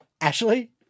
Ashley